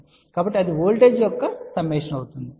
కాబట్టి అది వోల్టేజ్ యొక్క సమ్మేషన్ అవుతుంది